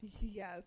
Yes